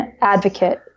advocate